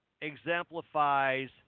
exemplifies